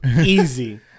Easy